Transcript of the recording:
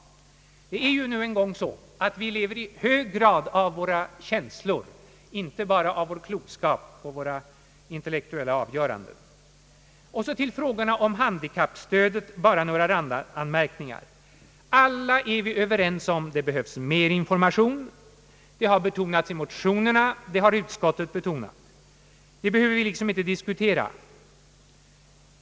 Vi lever nu en gång i hög grad genom våra känslor, inte bara genom vår klokskap och våra intellektuella avgöranden. Till frågan om handikappstödet vill jag bara göra några randanmärkningar. Alla är vi överens om att det behövs mer information. Det har betonats i motionerna och även av utskottet. Den saken behöver vi därför inte diskutera.